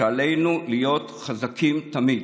שעלינו להיות חזקים תמיד.